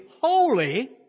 holy